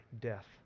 death